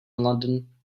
london